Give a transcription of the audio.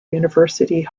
university